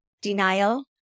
denial